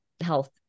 health